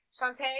Shantae